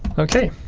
okay!